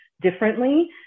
differently